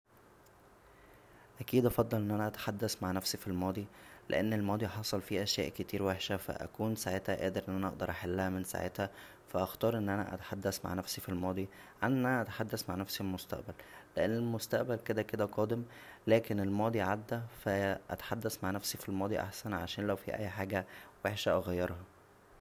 اكيد افضل ان انا اتحدث مع نفسى فالماضى لان الماضى حصل فيه اشياء كتير وحشه فا اكون ساعتها قادر ان انا اقدر احلها من ساعتها فهختار ان انا اتحدث ع نفسى فالماضى عن ان انا اتحدث مع نفسى فالمستقبل لان المستقبل كدا كدا قادم لكن الماضى عدا فا اتحدث مع نفسى فالماضى احسن عشان لو فى اى حاجه وحشه اغيرها